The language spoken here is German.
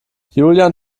julian